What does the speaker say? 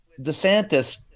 DeSantis